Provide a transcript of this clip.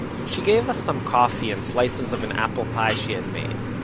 she gave us some coffee, and slices of an apple pie she had made.